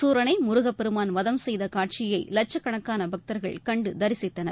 சூரனை முருகப்பெருமான் வதம் செய்த காட்சியை லட்சக்கணக்கான பக்தர்கள் கண்டு தரிசித்தனர்